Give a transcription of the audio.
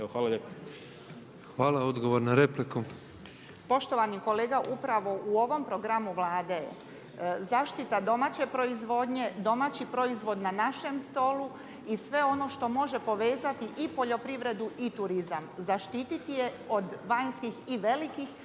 Branka (HDZ)** Poštovani kolega, upravo u ovom programu Vlade zaštita domaće proizvodnje, domaći proizvod na našem stolu i sve ono što može povezati i poljoprivredu i turizam, zaštiti je od vanjskih i velikih